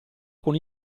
con